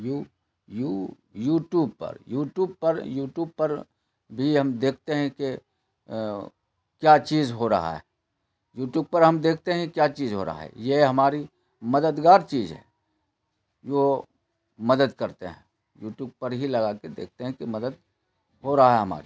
you یو YouTube پر YouTube پر یوٹیوب پر بھی ہم دیکھتے ہیں کہ کیا چیز ہو رہا ہے یوٹیوب پر ہم دیکھتے ہیں کیا چیز ہو رہا ہے یہ ہماری مددگار چیز ہے وہ مدد کرتے ہیں یوٹیوب پر ہی لگا کے دیکھتے ہیں کہ مدد ہو رہا ہے ہماری